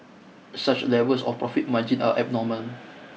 such levels of profit margin are abnormal